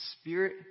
Spirit